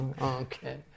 Okay